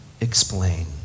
explain